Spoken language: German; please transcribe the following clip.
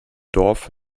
dorf